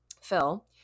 Phil